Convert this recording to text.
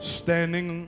standing